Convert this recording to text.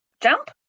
jump